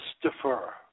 Christopher